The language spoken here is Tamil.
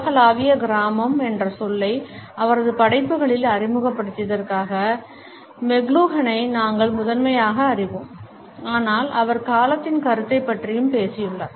உலகளாவிய கிராமம் என்ற சொல்லை அவரது படைப்புகளில் அறிமுகப்படுத்தியதற்காக மெக்லூஹனை நாங்கள் முதன்மையாக அறிவோம் ஆனால் அவர் காலத்தின் கருத்தைப் பற்றியும் பேசியுள்ளார்